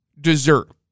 dessert